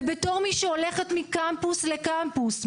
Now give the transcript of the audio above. ובתור מי שהולכת מקמפוס לקמפוס,